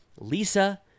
Lisa